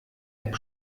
app